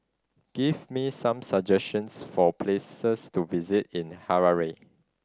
give me some suggestions for places to visit in Harare